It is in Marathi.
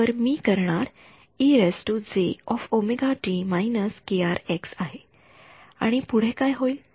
तर मी करणार आहे आणि पुढे काय होईल